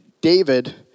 David